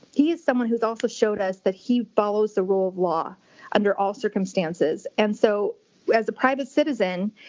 he is someone who's also showed us that he follows the rule of law under all circumstances. and so as a private citizen,